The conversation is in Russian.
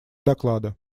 доклада